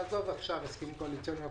ועזוב עכשיו הסכמים קואליציוניים,